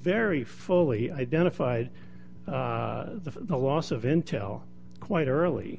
very fully identified the loss of intel quite early